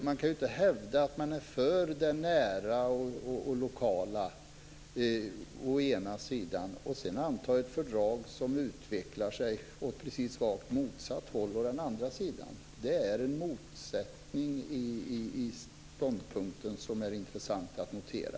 Man kan inte hävda att man är för det nära och lokala å ena sidan och sedan anta ett fördrag som utvecklar sig åt precis motsatt håll å andra sidan. Det finns en motsättning i den ståndpunkten som är intressant att notera.